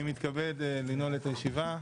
אני מתכבד לנעול את הישיבה.